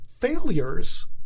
failures